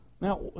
Now